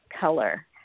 color